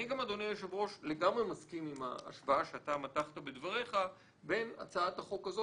אני גם לגמרי מסכים עם ההשוואה שמתחת בדבריך בין הצעת החוק הזאת